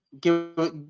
Give